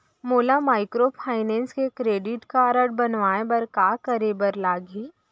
मोला माइक्रोफाइनेंस के credit card बनवाए बर का करे बर लागही?